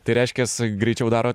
tai reiškias greičiau darot